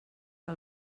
que